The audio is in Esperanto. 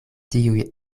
tiuj